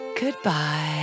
Goodbye